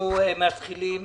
אנחנו מתחילים